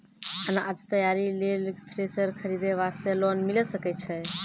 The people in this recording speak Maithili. अनाज तैयारी लेल थ्रेसर खरीदे वास्ते लोन मिले सकय छै?